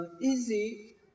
Easy